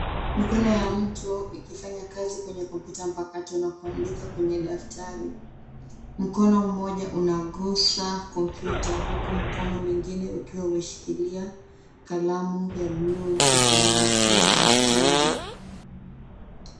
Mikono ya mtu ikifanya kazi kwenye kompyuta mpakato na kuandika kwenye daftari. Mkono mmoja unagusa kompyuta huku mkono mwingine ukiwa umeshikilia kalamu ya bluu ukishughulikia daftari.